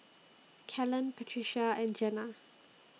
Kellen Patricia and Jena